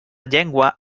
llengua